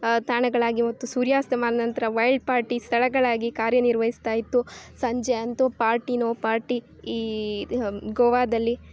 ತಾಣಗಳಾಗಿ ಮತ್ತು ಸೂರ್ಯಾಸ್ತಮಾನ ನಂತರ ವೈಲ್ಡ್ ಪಾರ್ಟಿ ಸ್ಥಳಗಳಾಗಿ ಕಾರ್ಯ ನಿರ್ವಹಿಸ್ತಾ ಇತ್ತು ಸಂಜೆ ಅಂತು ಪಾರ್ಟಿಯೋ ಪಾರ್ಟಿ ಈ ಗೋವಾದಲ್ಲಿ